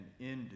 ended